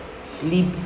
Sleep